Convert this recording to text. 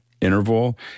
interval